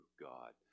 God